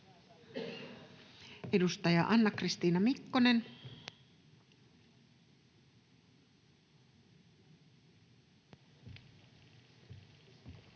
Edustaja Anna-Kristiina Mikkonen.